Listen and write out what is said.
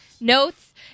notes